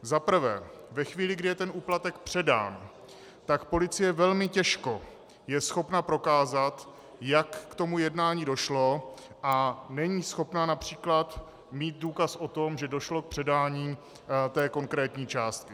Za prvé ve chvíli, kdy je úplatek předán, tak policie je velmi těžko schopna prokázat, jak k tomu jednání došlo, a není schopna například mít důkaz o tom, že došlo k předání té konkrétní částky.